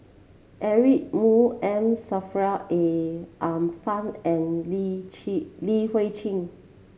Eric Moo M Saffri A A Manaf and Li Chi Li Hui Cheng